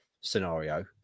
scenario